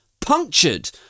punctured